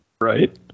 Right